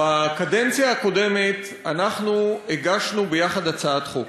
בקדנציה הקודמת אנחנו הגשנו ביחד הצעת חוק